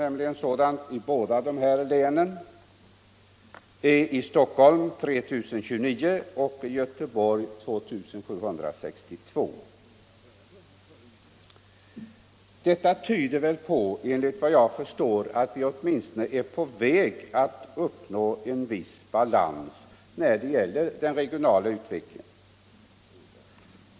Flyttningsunderskottet är i Stockholm 3 029 och i Göteborg 2 762. Enligt vad jag förstår tyder detta på att vi åtminstone är på väg att uppnå viss balans när det gäller den regionala utvecklingen.